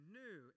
new